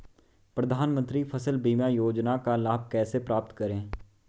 प्रधानमंत्री फसल बीमा योजना का लाभ कैसे प्राप्त करें?